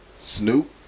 Snoop